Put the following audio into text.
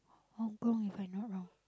Hong-Kong if I'm not wrong